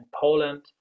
Poland